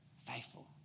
faithful